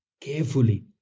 carefully